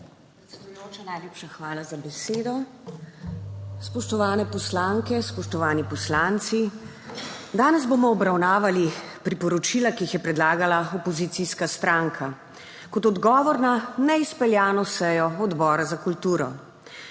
Predsedujoča, najlepša hvala za besedo. Spoštovane poslanke, spoštovani poslanci! Danes bomo obravnavali priporočila, ki jih je predlagala opozicijska stranka kot odgovor na neizpeljano sejo Odbora za kulturo.